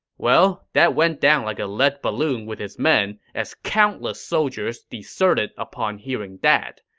well, that went down like a lead balloon with his men, as countless soldiers deserted upon hearing that.